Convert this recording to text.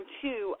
two